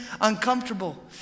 uncomfortable